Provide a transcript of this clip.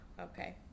Okay